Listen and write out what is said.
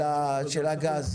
של הגז.